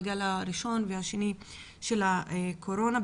הורים רבים בגל הראשון והשני של הקורונה.